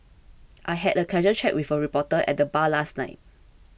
I had a casual chat with a reporter at the bar last night